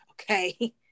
Okay